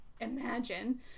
Imagine